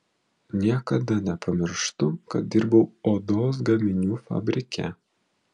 niekada nepamirštu kad dirbau odos gaminių fabrike